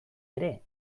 ere